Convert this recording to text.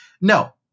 No